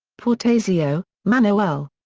portasio, manoel.